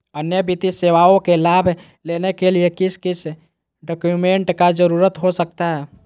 अन्य वित्तीय सेवाओं के लाभ लेने के लिए किस किस डॉक्यूमेंट का जरूरत हो सकता है?